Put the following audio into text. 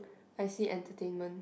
I see entertainment